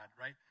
right